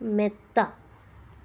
മെത്ത